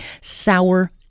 Sour